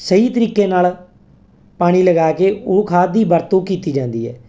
ਸਹੀ ਤਰੀਕੇ ਨਾਲ ਪਾਣੀ ਲਗਾ ਕੇ ਉਹ ਖਾਦ ਦੀ ਵਰਤੋਂ ਕੀਤੀ ਜਾਂਦੀ ਹੈ